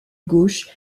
gauche